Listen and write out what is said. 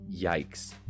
yikes